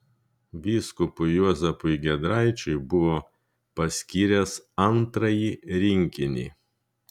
vyskupui juozapui giedraičiui buvo paskyręs antrąjį rinkinį